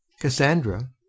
Cassandra